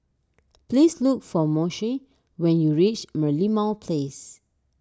please look for Moshe when you reach Merlimau Place